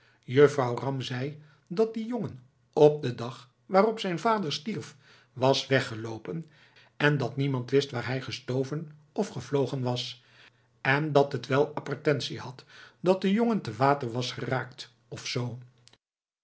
juffrouw ram zei dat die jongen op den dag waarop zijn vader stierf was weggeloopen en dat niemand wist waar hij gestoven of gevlogen was en dat t wel apparentie had dat de jongen te water was geraakt of zoo